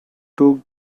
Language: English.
took